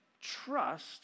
trust